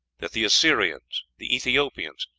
that the assyrians, the ethiopians,